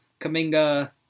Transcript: Kaminga